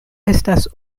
estas